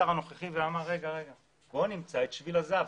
השר הנוכחי אומר שהוא רוצה למצוא את שביל הזהב,